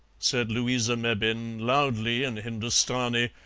said louisa mebbin, loudly in hindustani,